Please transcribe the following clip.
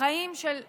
חיים של עוני,